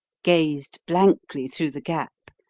gazed blankly through the gap,